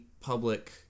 public